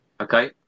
Okay